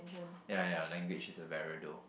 ya ya language is a barrier though